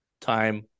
time